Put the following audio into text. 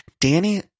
Danny